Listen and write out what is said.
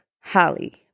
Holly